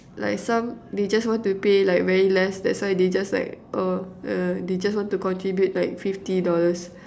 like some they just want to pay like very less that's why they just like oh uh they just want to contribute like fifty dollars